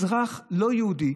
אזרח לא יהודי,